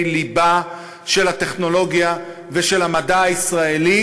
ליבה של הטכנולוגיה ושל המדע הישראלי,